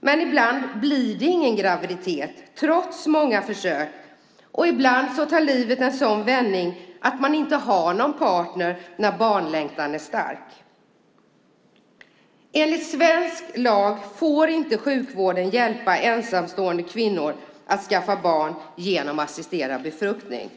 Men ibland blir det ingen graviditet trots många försök, och ibland tar livet en sådan vändning att man inte har någon partner när barnlängtan är stark. Enligt svensk lag får inte sjukvården hjälpa ensamstående kvinnor att skaffa barn genom assisterad befruktning.